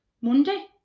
Monday